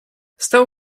stał